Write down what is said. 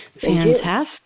Fantastic